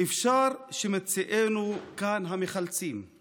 אפשר שימצאונו כאן המחלצים /